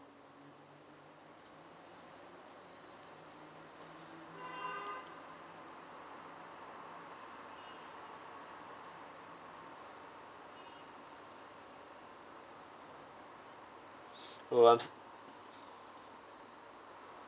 oh I'm so